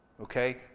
okay